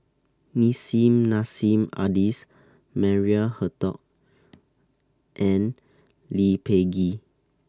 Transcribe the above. Nissim Nassim Adis Maria Hertogh and Lee Peh Gee